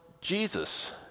Jesus